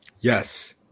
Yes